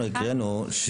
אנחנו הקראנו: